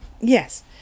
Yes